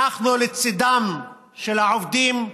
אנחנו לצידם של העובדים,